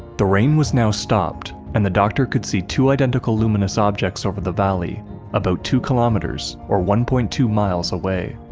the rain was now stopped, and the doctor could see two identical luminous objects over the valley about two kilometers, or one point two miles away.